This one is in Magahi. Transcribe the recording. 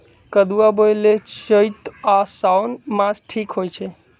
कदुआ बोए लेल चइत आ साओन मास ठीक होई छइ